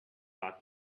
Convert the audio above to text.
lot